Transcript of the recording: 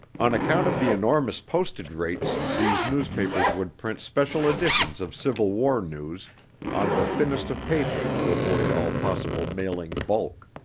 on account of the enormous postage rates these newspapers would print special editions of civil war news on the thinnest of paper to avoid all possible mailing bulk.